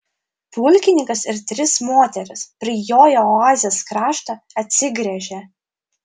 pulkininkas ir trys moterys prijoję oazės kraštą atsigręžė